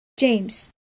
James